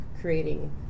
creating